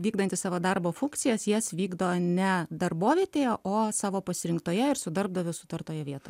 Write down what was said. vykdantis savo darbo funkcijas jas vykdo ne darbovietėje o savo pasirinktoje ir su darbdaviu sutartoje vietoje